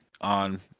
on